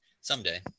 someday